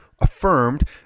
affirmed